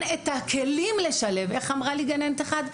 את הכלים לשלב איך אמרה לי גננת אחת?